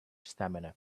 stamina